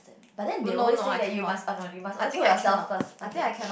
but then they always say that you must oh no you must always put yourself first okay